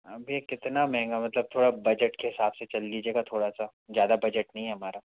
अभी कितना महंगा मतलब थोड़ा बजट के हिसाब से चल लीजिएगा थोड़ा सा ज़्यादा बजट नहीं है हमारा